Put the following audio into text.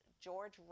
George